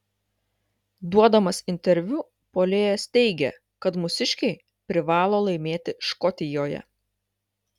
duodamas interviu puolėjas teigė kad mūsiškiai privalo laimėti škotijoje